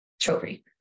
Trophy